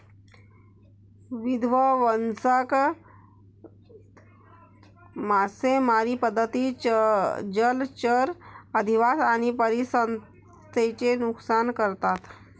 विध्वंसक मासेमारी पद्धती जलचर अधिवास आणि परिसंस्थेचे नुकसान करतात